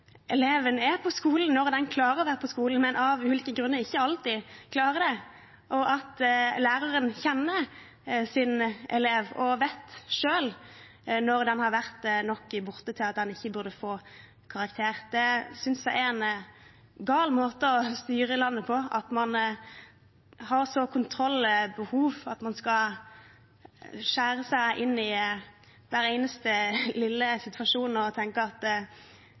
er på skolen når de klarer å være på skolen, men av ulike grunner ikke alltid klarer det, og at læreren kjenner sine elever og selv vet når de har vært nok borte til at de ikke burde få karakter. Det synes jeg er en gal måte å styre landet på, at man har et sånt kontrollbehov at man skal skjære gjennom i hver eneste lille situasjon og tenke at